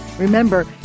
Remember